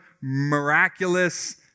miraculous